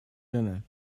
dinner